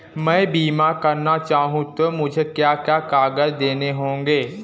मैं बीमा करना चाहूं तो मुझे क्या क्या कागज़ देने होंगे?